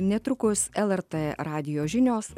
netrukus lrt radijo žinios